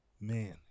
man